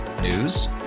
News